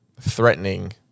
threatening